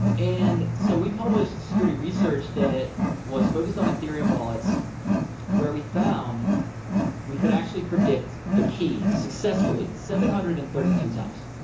and so we published security research that was focused on ethereum wallets where we found we could actually predict the key successfully seven hundred and thirty two times.